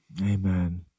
amen